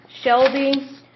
Shelby